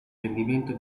rendimento